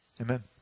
Amen